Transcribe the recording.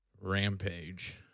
Rampage